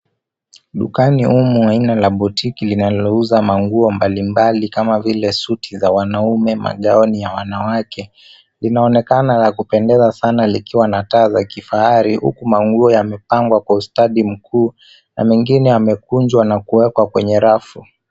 Dukani humu aina la botiki linalouza manguo mbalimbali kama vile suti za wanaume, magauni ya wanawake linaonekana la kupendeza sana likiwa na taa za kifahari huku manguo yamepengwa kwa ustadi mkuu na mengine yamekunjwa na kuwekwa kwenye rafu.